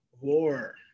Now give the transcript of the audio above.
war